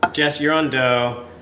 jess, you're on dough.